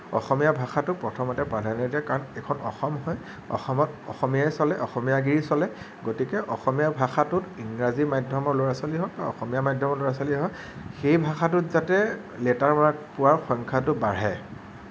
অসমীয়া ভাষাটোক প্ৰথমতে প্ৰাধান্য দিয়ক কাৰণ এইখন অসম হয় অসমত অসমীয়াই চলে অসমীয়াগিৰি চলে গতিকে অসমীয়া ভাষাটোত ইংৰাজী মাধ্যমৰ ল'ৰা ছোৱালী হওক অসমীয়া মাধ্যমৰ ল'ৰা ছোৱালী হওক সেই ভাষাটোত যাতে লেটাৰ মাৰ্ক পোৱা সংখ্যাটো বাঢ়ে